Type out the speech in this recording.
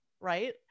right